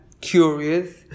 curious